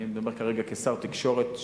אני מדבר כרגע כשר התקשורת,